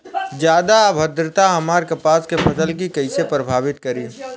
ज्यादा आद्रता हमार कपास के फसल कि कइसे प्रभावित करी?